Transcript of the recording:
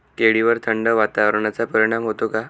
केळीवर थंड वातावरणाचा परिणाम होतो का?